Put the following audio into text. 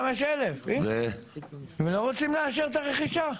95,000. ולא מאשרים לי להמשיך את הרכישה.